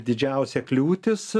didžiausia kliūtis